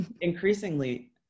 Increasingly